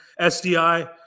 SDI